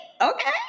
Okay